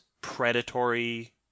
predatory